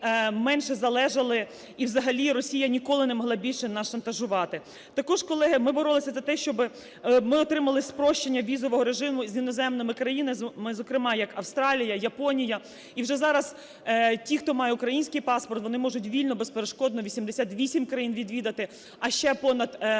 менше залежали, і взагалі Росія ніколи не могла більше нас шантажувати. Також, колеги, ми боролися за те, щоб ми отримали спрощення візового режиму з іноземними країнами, зокрема як Австралія, Японія. І вже зараз ті, хто має український паспорт, вони можуть вільно, безперешкодно 88 країн відвідати, а ще понад 50